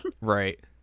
Right